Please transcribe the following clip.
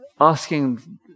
Asking